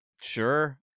Sure